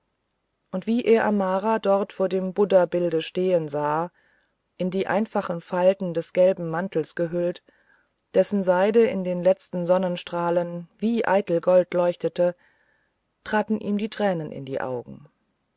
und wie er amara dort vor dem buddhabilde stehen sah in die einfachen falten des gelben mantels gehüllt dessen seide in den letzten sonnenstrahlen wie eitel gold leuchtete traten ihm die tränen in die augen